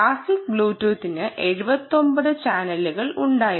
classic ബ്ലൂടൂത്തിന് 79 ചാനലുകൾ ഉണ്ടായിരുന്നു